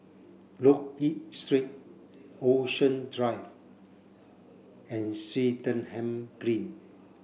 Loke Yew Street Ocean Drive and Swettenham Green